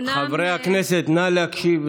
חברי הכנסת, נא להקשיב.